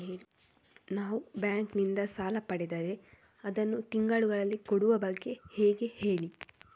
ನಾವು ಬ್ಯಾಂಕ್ ನಿಂದ ಸಾಲ ಪಡೆದರೆ ಅದನ್ನು ತಿಂಗಳುಗಳಲ್ಲಿ ಕೊಡುವ ಬಗ್ಗೆ ಹೇಗೆ ಹೇಳಿ